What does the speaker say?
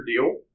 deal